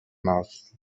mouths